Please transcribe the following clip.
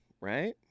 right